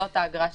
זו האגרה שתהיה.